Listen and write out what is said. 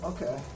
Okay